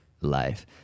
life